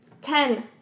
Ten